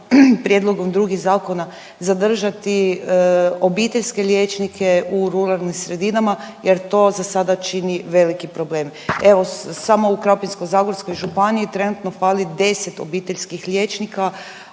prijedlog drugih zakona zadržati obiteljske liječnike u ruralnim sredinama jer to za sada čini veliki problem. Evo samo u Krapinsko-zagorskoj županiji trenutno fali 10 obiteljskih liječnika,